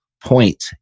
point